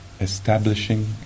establishing